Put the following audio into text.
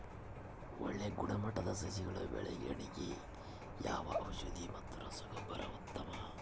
ಒಳ್ಳೆ ಗುಣಮಟ್ಟದ ಸಸಿಗಳ ಬೆಳವಣೆಗೆಗೆ ಯಾವ ಔಷಧಿ ಮತ್ತು ರಸಗೊಬ್ಬರ ಉತ್ತಮ?